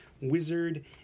Wizard